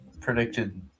predicted